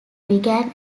began